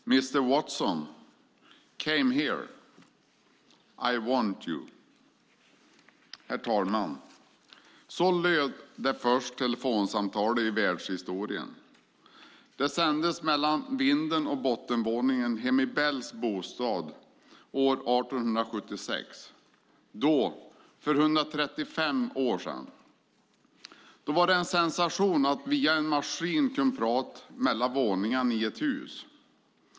Herr talman! "Mr Watson, come here. I want you" Så löd det första telefonsamtalet i världshistorien. Det gjordes mellan vinden och bottenvåningen hemma i Bells bostad år 1876. Då för 135 år sedan var det en sensation att via en maskin kunna prata mellan våningarna i ett hus.